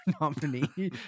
nominee